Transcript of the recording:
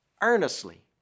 earnestly